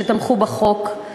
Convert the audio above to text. שתמכו בחוק,